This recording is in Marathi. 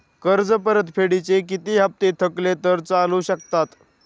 कर्ज परतफेडीचे किती हप्ते थकले तर चालू शकतात?